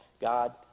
God